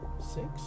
Six